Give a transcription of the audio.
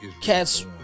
cats